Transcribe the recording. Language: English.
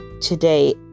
today